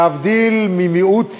להבדיל ממיעוט